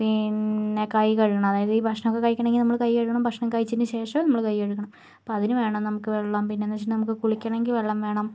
പിന്നേ കൈകഴുകണം അതായത് ഈ ഭക്ഷണം ഒക്കെ കഴിക്കണമെങ്കില് നമ്മള് കൈ കഴുകണം ഭക്ഷണം കഴിച്ചതിനു ശേഷവും നമ്മള് കൈകഴുകണം അപ്പോൾ അതിനുവേണം നമുക്ക് വെള്ളം പിന്നെ എന്ന് വച്ചാൽ നമുക്ക് കുളിക്കണം എങ്കില് വെള്ളം വേണം